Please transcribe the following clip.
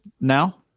now